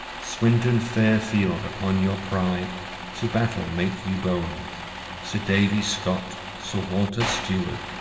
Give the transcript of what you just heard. swynton fair field upon your pride to battle make you bowen sir davy scot, sir walter steward,